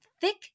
thick